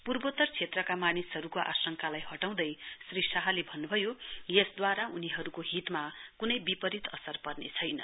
पूर्वोतर क्षेत्रका मानिसहरुको आंशका हटाउँदै श्री शाहले भन्नुभयो यसदूवारा उनीहरुको हितमा कुनै विपरीत असर पर्ने छैन